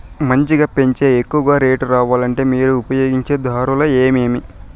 మంచిగా పెంచే ఎక్కువగా రేటు రావాలంటే మీరు ఉపయోగించే దారులు ఎమిమీ?